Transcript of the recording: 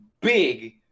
big